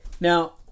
Now